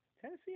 Tennessee